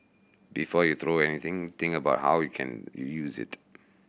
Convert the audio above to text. before you throw anything think about how you can reuse it